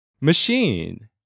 Machine